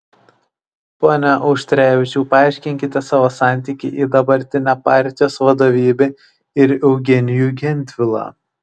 pone auštrevičiau paaiškinkite savo santykį į dabartinę partijos vadovybę ir eugenijų gentvilą